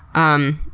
um,